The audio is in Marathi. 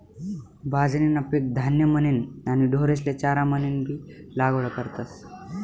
बाजरीनं पीक धान्य म्हनीन आणि ढोरेस्ले चारा म्हनीनबी लागवड करतस